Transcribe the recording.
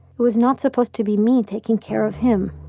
it was not supposed to be me taking care of him.